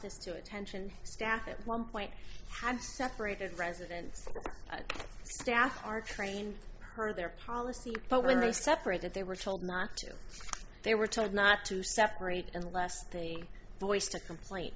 this to attention staff at one point had separated the president's staff are trained per their policy but when they separated they were told not to they were told not to separate and lastly voiced a complaint